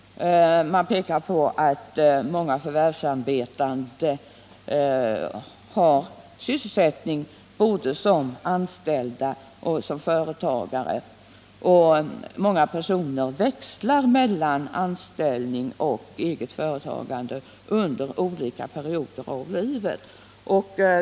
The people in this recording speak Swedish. Verket pekar på att många förvärvsarbetande har sysselsättning både som anställda och som företagare och att många personer växlar mellan anställning och eget företagande under olika perioder av livet.